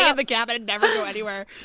yeah the cabin and never go anywhere